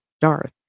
Darth